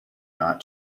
not